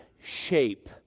shape